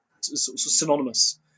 synonymous